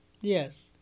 Yes